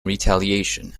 retaliation